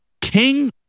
King